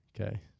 Okay